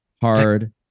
hard